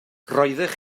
roeddech